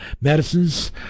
medicines